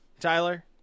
Tyler